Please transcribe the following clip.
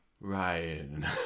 Ryan